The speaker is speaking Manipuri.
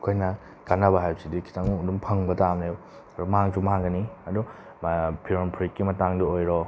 ꯑꯩꯈꯣꯏꯅ ꯀꯥꯟꯅꯕ ꯍꯥꯏꯕꯁꯤꯗꯤ ꯈꯤꯇꯪ ꯑꯗꯨꯝ ꯐꯪꯕ ꯇꯥꯕꯅꯦꯕ ꯃꯥꯡꯁꯨ ꯃꯥꯡꯒꯅꯤ ꯑꯗꯨ ꯐꯤꯔꯣꯟ ꯐꯨꯔꯤꯠꯀꯤ ꯃꯇꯥꯡꯗ ꯑꯣꯏꯔꯣ